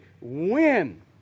win